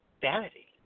vanity